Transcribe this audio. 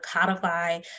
codify